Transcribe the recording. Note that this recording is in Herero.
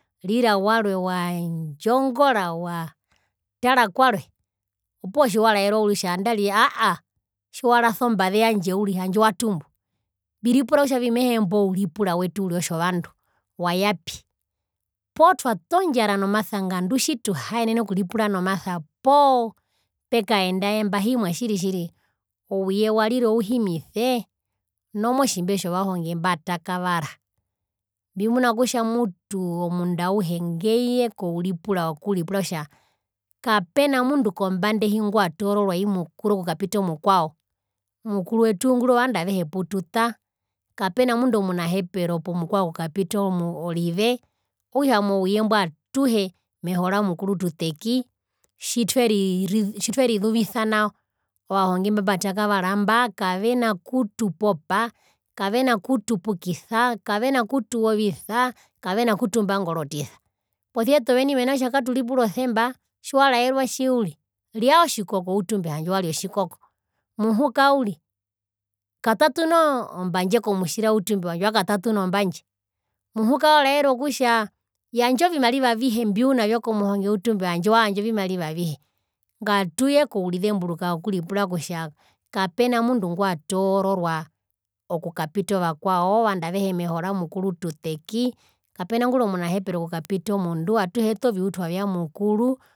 Warira warwe wandjongora watara kwarwe opuwo tjiwaraerwa uriri kutja andarire tjiwarasa ombaze yandje uri handje watumbu, mbiripura kutja imbo ouripura wetu otjovandu wayapi poo twato ndjara nomasa ngandu tjituhaenene okuripura nomasa poo pekaendae mbahimwa tjiri tjiri ouye warira ouhimise nomotjimbe tjo vahonge mbatakavara, mbimuna kutja mutu omundu auhe ngeye kouripura wokuripura kutja kapena mundu ngwatoororwa i mukuru okukapita omukwao, mukuru wetungura ovandu avehe pututa kapena mundu omunahepero pomukwao okukapita rive okutja mouye mbwi atuhe meho ra mukuru tuteki tjitweri tjitwerizuvisa ovahonge imba mbatakavara mba kavena kutupukisa kavena kutuuovisa kavena kutumbangorotisa posia ete oveni mena rokutja katuripura osemba tjiwaraerwa tji uriri ryaa otjikoko kutja utumbe handje wari otjikoko muhuka uri tatuna ombandje komutjira kutja utumbe handje wakatatuna handje wakatatuna ombandje muhuka waraerwa kutja yandja ovimariva avihe mbiunavyo komuhonge utumbe handje waandja ovimariva avihe ngatuye kourizemburuka wokuripura kutja kapena mundu ngwatoororwa okukapita ovakwao ovandu avehe meho ra mukuru tuteki kapena nguri omunahepero okukapita omundu atuhe owete oviutwa vya mukuru